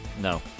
No